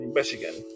Michigan